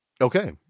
Okay